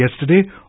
yesterday